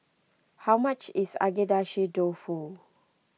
how much is Agedashi Dofu